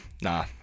nah